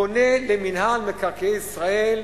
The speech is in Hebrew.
פונה למינהל מקרקעי ישראל,